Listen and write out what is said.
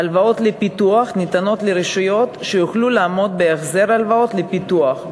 הלוואות לפיתוח ניתנות לרשויות שיוכלו לעמוד בהחזר ההלוואות לפיתוח,